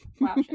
Wow